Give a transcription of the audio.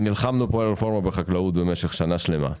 נלחמנו פה על הרפורמה בחקלאות במשך שנה שלמה,